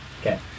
Okay